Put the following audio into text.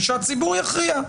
ושהציבור יכריע.